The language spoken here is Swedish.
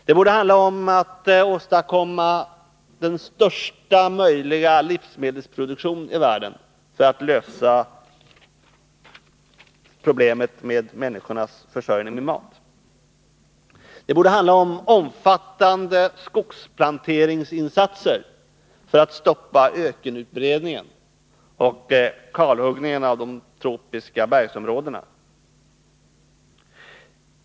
Det borde handla om att åstadkomma största möjliga livsmedelsproduktion i världen för att lösa problemet med människornas försörjning med mat. Det borde handla om omfattande skogsplanteringsinsatser för att stoppa ökenutbredningen och kalhuggningen av de tropiska bergsområdena.